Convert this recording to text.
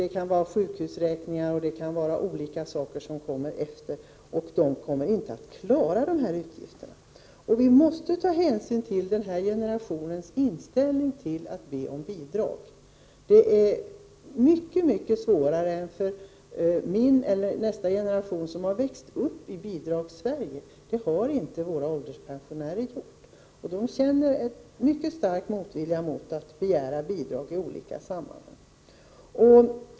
Det kan också vara sjukhusräkningar och andra saker som kommer efter, och det går då inte att klara alla utgifter. Vi måste ta hänsyn till den här generationens inställning till att be om bidrag. Det är mycket mycket svårare än för min eller nästa generation, som har växt upp i Bidragssverige. Det har inte våra ålderspensionärer gjort. De känner mycket stark motvilja mot att begära bidrag i olika sammanhang.